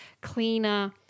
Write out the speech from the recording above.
cleaner